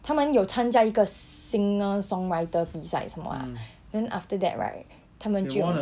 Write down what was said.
他们有参加一个 singer songwriter 比赛什么啦 then after that right 他们就